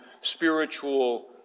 spiritual